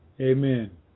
Amen